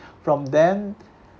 from them